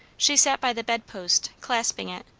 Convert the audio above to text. she sat by the bedpost, clasping it,